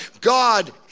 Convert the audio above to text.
God